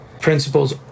principles